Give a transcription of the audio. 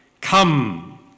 come